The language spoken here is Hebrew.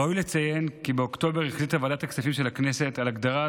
ראוי לציין כי באוקטובר החליטה ועדת הכספים של הכנסת על הגדרת